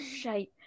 shite